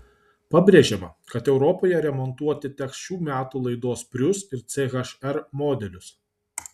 pabrėžiama kad europoje remontuoti teks šių metų laidos prius ir ch r modelius